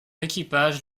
équipage